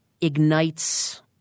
ignites